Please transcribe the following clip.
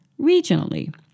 regionally